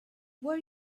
were